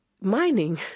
mining